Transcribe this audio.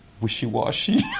wishy-washy